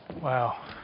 Wow